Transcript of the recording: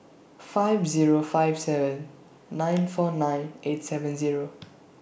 five Zero five seven nine four nine eight seven Zero